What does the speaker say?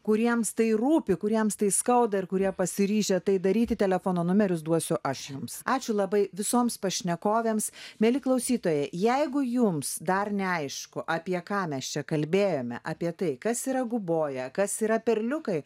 kuriems tai rūpi kuriems tai skauda ir kurie pasiryžę tai daryti telefono numerius duosiu aš jums ačiū labai visoms pašnekovėms mieli klausytojai jeigu jums dar neaišku apie ką mes čia kalbėjome apie tai kas yra guboja kas yra perliukai